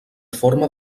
forma